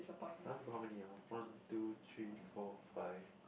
!huh! we got many ah one two three four five